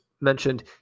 mentioned